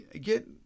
get